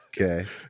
okay